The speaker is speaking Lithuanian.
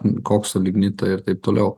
koksą lignitą ir taip toliau